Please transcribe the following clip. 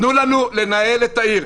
תנו לנו לנהל את העיר.